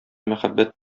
мәхәббәт